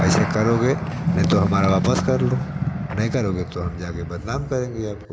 ऐसे करोगे नहीं तो हमारा वापस कर लो नहीं करोगे तो हम जा के बदनाम करेंगे आपको